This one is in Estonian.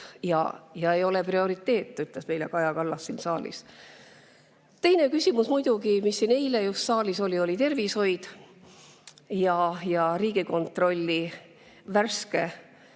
ja ei ole prioriteet, ütles meile Kaja Kallas siin saalis. Teine küsimus muidugi, mis just eile siin saalis oli, on tervishoid ja Riigikontrolli värske